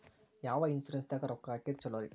ಯಾವ ಇನ್ಶೂರೆನ್ಸ್ ದಾಗ ರೊಕ್ಕ ಹಾಕಿದ್ರ ಛಲೋರಿ?